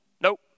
nope